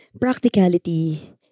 practicality